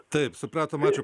taip supratom ačiū